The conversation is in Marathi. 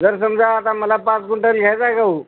जर समजा आता मला पाच क्विंटल घ्यायचा आहे गहू